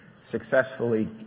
successfully